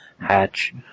hatch